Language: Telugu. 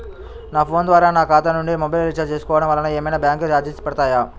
నా ఫోన్ ద్వారా నా ఖాతా నుండి మొబైల్ రీఛార్జ్ చేసుకోవటం వలన ఏమైనా బ్యాంకు చార్జెస్ పడతాయా?